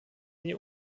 die